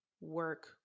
work